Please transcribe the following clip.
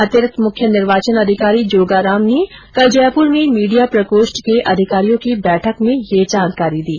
अतिरिक्त मुख्य निर्वाचन अधिकारी जोगाराम ने कल जयपुर में मीडिया प्रकोष्ठ के अधिकारियों की बैठक में यह जानकारी दी